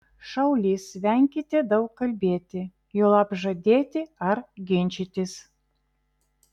šaulys venkite daug kalbėti juolab žadėti ar ginčytis